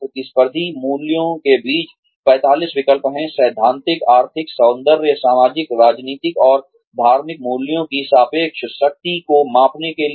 प्रतिस्पर्धी मूल्यों के बीच 45 विकल्प हैं सैद्धांतिक आर्थिक सौंदर्य सामाजिक राजनीतिक और धार्मिक मूल्यों की सापेक्ष शक्ति को मापने के लिए